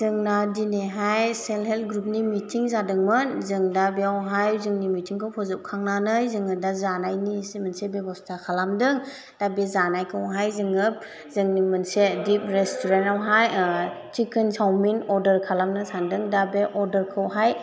जोंना दिनैहाय self help ग्रुपनि मिटिं जादोंमोन जों दा बेवहाय जोंनि मिथिंखौ फोजोब खांनानै जोङो दा जानायनिसो मोनसे बेब'स्था खालामदों दा बे जानायखौहाय जोङो जोंनि मोनसे डीप रेस्टुरेन्टआवहाय चिकेन चावमिन अर्डार खालामनो सान्दों दा बे अर्डारखौहाय